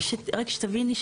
רק שתביני,